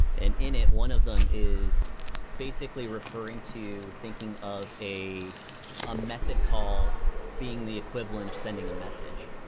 and in it, one of them is basically referring to thinking of a a method call being the equivalent of sending a message.